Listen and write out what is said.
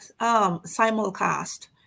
simulcast